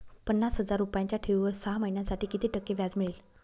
पन्नास हजार रुपयांच्या ठेवीवर सहा महिन्यांसाठी किती टक्के व्याज मिळेल?